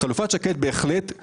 חלופת שקד זקוקה,